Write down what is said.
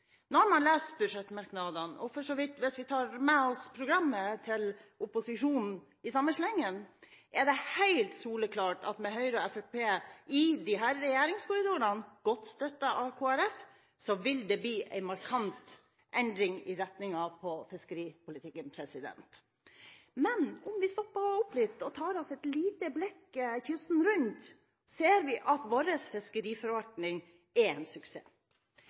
man leser budsjettmerknadene – og for så vidt hvis vi tar med oss opposisjonens program i samme slengen – er det helt soleklart at med Høyre og Fremskrittspartiet i disse regjeringskorridorene, godt støttet av Kristelig Folkeparti, vil det bli en markant endring av retningen i fiskeripolitikken. Men om vi stopper opp litt og tar et lite blikk kysten rundt, ser vi at vår fiskeriforvaltning er en suksess.